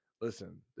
listen